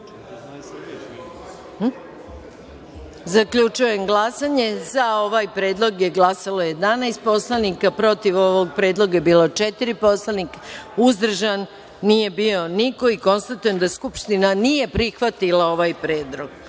Đurišića. Zaključujem glasanje, za ovaj predlog je glasalo 11 poslanika, protiv ovog predloga je bilo četiri poslanika, uzdržan nije bio niko. Konstatujem da Skupština nije prihvatila ovaj predlog. Molim